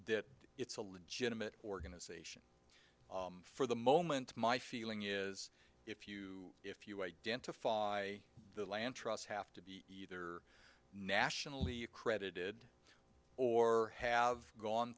that it's a legitimate organization for the moment my feeling is if you if you identify the land trust have to be either nationally accredited or have gone